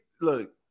look